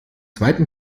zweiten